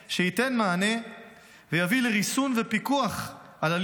שייתן מענה ויביא לריסון ופיקוח על עליות